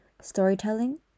storytelling